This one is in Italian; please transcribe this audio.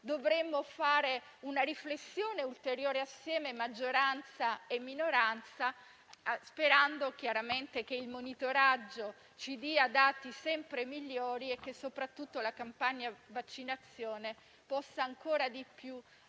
dovremmo fare una riflessione ulteriore, maggioranza e minoranza assieme, sperando chiaramente che il monitoraggio ci dia dati sempre migliori e che soprattutto la campagna di vaccinazione possa accelerare